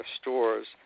stores